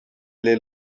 les